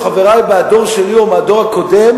או חברי בדור שלי או מהדור הקודם,